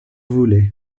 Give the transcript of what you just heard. voulez